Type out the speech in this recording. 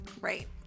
Right